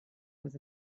was